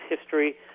history